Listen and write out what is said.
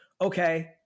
Okay